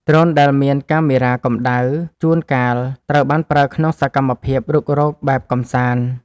ដ្រូនដែលមានកាមេរ៉ាកម្ដៅ ជួនកាលត្រូវបានប្រើក្នុងសកម្មភាពរុករកបែបកម្សាន្ត។